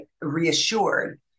reassured